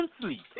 sleep